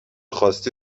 خواستی